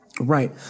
Right